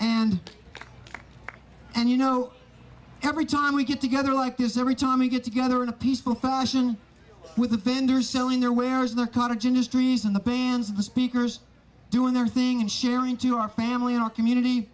and and you know every time we get together like this every time we get together in a peaceful fashion with the vendors selling their wares in the cottage industries in the bands of the speakers doing their thing and sharing to our family our community